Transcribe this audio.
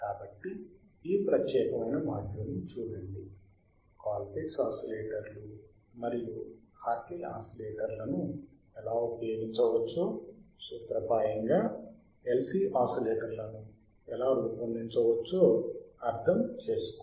కాబట్టి ఈ ప్రత్యేకమైన మాడ్యూల్ను చూడండి కాల్ పిట్స్ ఆసిలేటర్లు మరియు హార్ట్లీ ఆసిలేటర్లను ఎలా ఉపయోగించవచ్చో సూత్ర ప్రాయంగా LC ఓసిలేటర్లను ఎలా రూపొందించవచ్చో అర్థం చేసుకోండి